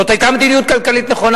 זאת היתה מדיניות כלכלית נכונה.